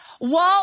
Walt